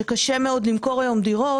בה קשה מאוד למכור דירות,